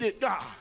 God